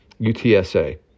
UTSA